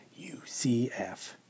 UCF